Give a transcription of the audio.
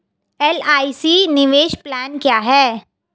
LIC निवेश plan क्या है?